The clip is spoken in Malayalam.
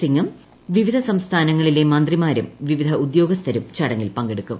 സിങ്ങും വിവിധ സംസ്ഥാനങ്ങളിലെ മന്ത്രിമാരും വിവിധ ഉദ്യോഗസ്ഥരും ചടങ്ങിൽ പങ്കെടുക്കും